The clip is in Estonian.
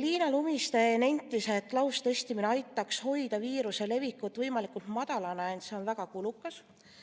Liina Lumiste nentis, et laustestimine aitaks hoida viiruse leviku taset võimalikult madalana, ent see on väga kulukas.